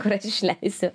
kur aš išleisiu